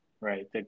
right